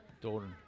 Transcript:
Doran